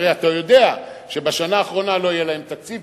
הרי אתה יודע שבשנה האחרונה לא יהיה להם תקציב,